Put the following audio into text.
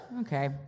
Okay